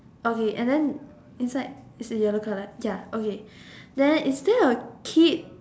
okay and then inside is yellow colour ya okay then is there a kid